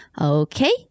Okay